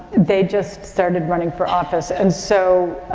they just started running for office. and so,